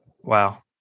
Wow